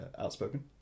outspoken